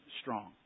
strong